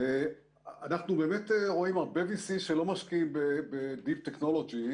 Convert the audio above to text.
אנחנו באמת רואים הרבה VCs שלא משקיעים ב-Deep Technology,